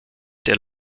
der